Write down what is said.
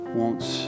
wants